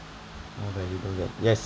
more valuable ya yes